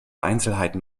einzelheiten